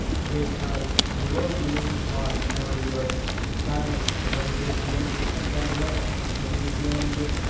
because you will gonna use this a lot whenever you are styling it. whatever you're dealing with, some kind of layouts, whatever you're dealing with,